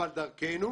אבל דרכנו,